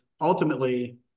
ultimately